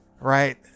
right